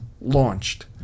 launched